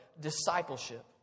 discipleship